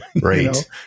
Right